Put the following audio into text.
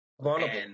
Vulnerable